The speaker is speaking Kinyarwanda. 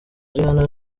rihanna